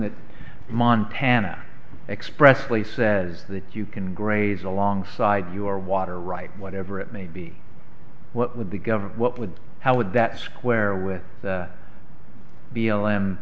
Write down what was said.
that montana expressly says that you can graze alongside your water right whatever it may be what would the government what would how would that square with the b l m